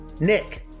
Nick